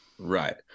Right